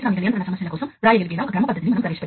కాబట్టి ప్రతి సంస్థకు దాని స్వంత ప్రమాణాలు ఉండేవి